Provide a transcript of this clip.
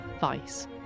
vice